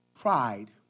Pride